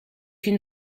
une